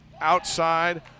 outside